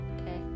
Okay